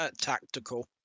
tactical